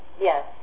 yes